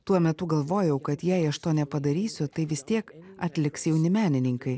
tuo metu galvojau kad jei aš to nepadarysiu tai vis tiek atliks jauni menininkai